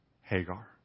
Hagar